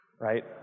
right